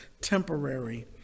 temporary